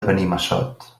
benimassot